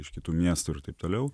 iš kitų miestų ir taip toliau